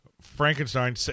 Frankenstein